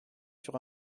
sur